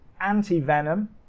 anti-venom